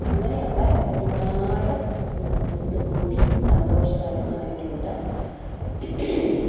അങ്ങനെയൊക്കെ ഒരുപാട് ഒത്തുകൂടി സന്തോഷകരമായിട്ടുണ്ട്